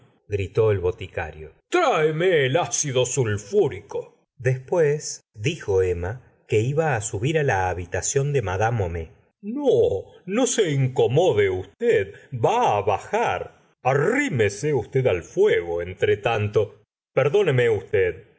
gritó el boticario tráeme el ido sulfúrico después dijo emma que iba á subir la habitación de mad homais no no se incomode usted va bajar arrime gustavo flaubert se usted al fuego entretanto perdóneme usted